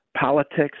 politics